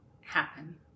happen